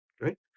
right